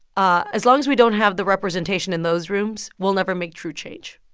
ah as long as we don't have the representation in those rooms, we'll never make true change.